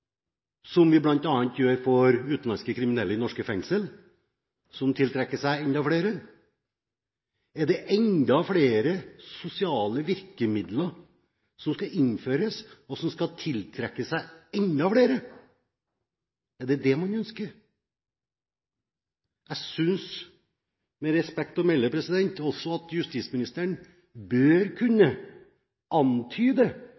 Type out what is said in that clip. som vi bl.a. gjør for utenlandske kriminelle i norske fengsler, noe som tiltrekker seg enda flere? Er det enda flere sosiale virkemidler som skal innføres, noe som skal tiltrekke seg enda flere? Er det det man ønsker? Jeg synes, med respekt å melde, også at justisministeren bør